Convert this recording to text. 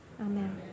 Amen